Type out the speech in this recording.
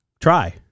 Try